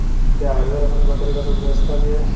क्या हरिहर अपनी बकरी का दूध बेचता भी है?